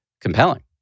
compelling